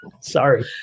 Sorry